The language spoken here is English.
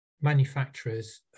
manufacturers